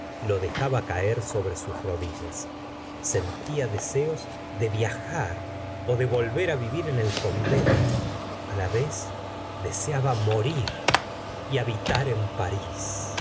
lo dejaba caer sobre sus rodillas sentía deseos de viajr ó de volver vivir en el convento a la vez deseaba morir y habitar en paris